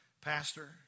Pastor